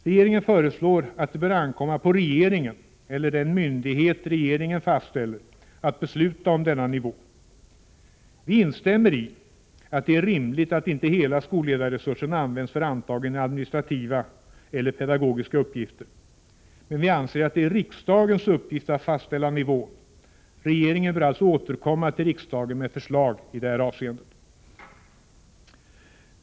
Vidare föreslår regeringen att det skall ankomma på regeringen eller den myndighet regeringen fastställer att besluta om denna nivå. Vi instämmer i att det är rimligt att inte hela skolledarresursen används för antingen administrativa eller pedagogiska uppgifter, men vi anser att det är riksdagens uppgift att fastställa nivån. Regeringen bör alltså återkomma till riksdagen med förslag i detta avseende.